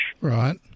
Right